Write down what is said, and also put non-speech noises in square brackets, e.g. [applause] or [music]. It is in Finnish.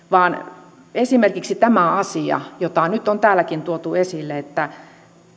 [unintelligible] vaan esimerkiksi tämä asia jota on nyt täälläkin tuotu esille että